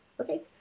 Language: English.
Okay